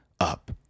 up